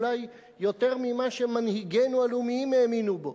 אולי יותר ממה שמנהיגינו הלאומיים האמינו בו.